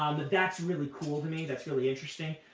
um but that's really cool to me. that's really interesting.